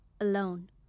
alone